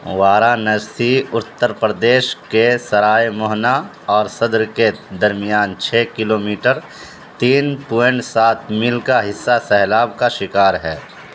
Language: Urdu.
وارانسی اتر پردیش کے سرائے موہنا اور صدر کے درمیان چھے کلو میٹر تین پوائنٹ سات میل کا حصہ سیلاب کا شکار ہے